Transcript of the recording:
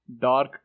Dark